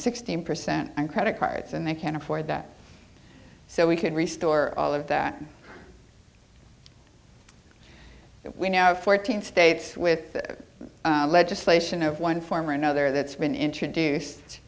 sixteen percent on credit cards and they can't afford that so we could restore all of that we now have fourteen states with legislation of one form or another that's been introduced